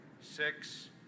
six